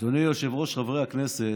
אדוני היושב-ראש, חברי הכנסת,